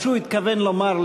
מה שהוא התכוון לומר,